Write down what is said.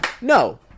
No